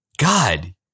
God